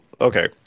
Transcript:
okay